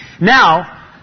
Now